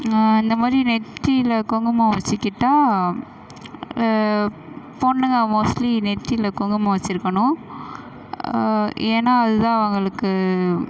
இந்த மாதிரி நெத்தியில் குங்குமம் வச்சிகிட்டா பொண்ணுங்க மோஸ்ட்லி நெத்தியில் குங்குமம் வச்சிருக்கணும் ஏன்னா அது தான் அவங்களுக்கு